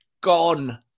gone